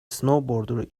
snowboarder